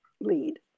lead